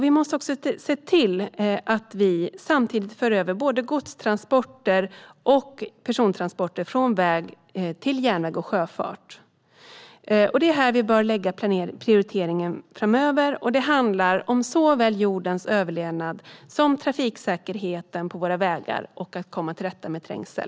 Vi måste också föra över både godstransporter och persontransporter från väg till järnväg och sjöfart. Här bör vi lägga prioriteringen framöver. Det handlar om såväl jordens överlevnad som trafiksäkerheten på våra vägar och att komma till rätta med trängsel.